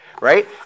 Right